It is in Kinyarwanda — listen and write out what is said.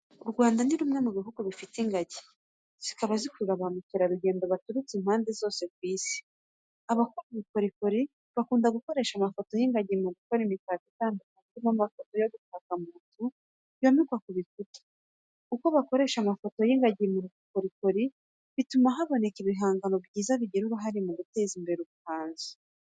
U Rwanda ni rumwe mu bihugu bifite ingagi, zikaba zikurura ba mukerarugendo baturutse impande zose z'isi. Abakora ubukorikori bakunda gukoresha amafoto y'ingagi mu gukora imitako itandukanye irimo amafoto yo gutaka mu nzu yomekwa ku bikuta. Uko bakoresha amafoto y'ingagi mu bukorikori, bituma haboneka ibihangano byiza bigira uruhare mu guteza imbere ubuhanzi.